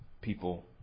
people